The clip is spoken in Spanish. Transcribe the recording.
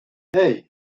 hey